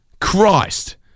christ